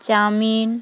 chowmein